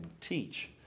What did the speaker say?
teach